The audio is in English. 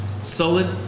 Solid